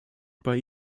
bei